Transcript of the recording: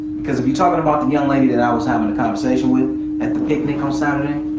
cause if you talking about the young lady that i was having a conversation with at the picnic on saturday,